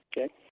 okay